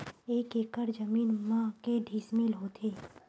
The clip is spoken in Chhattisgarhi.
एक एकड़ जमीन मा के डिसमिल होथे?